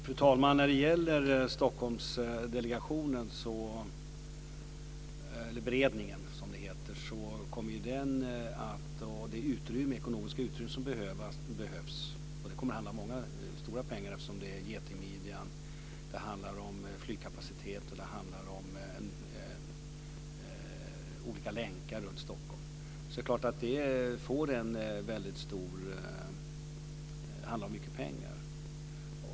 Fru talman! När det gäller Stockholmsberedningen kommer det ekonomiska utrymmet att handla om mycket stora pengar. Det handlar om getingmidjan, om flygkapacitet, om olika länkar runt Stockholm. Det handlar naturligtvis om väldigt mycket pengar.